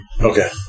Okay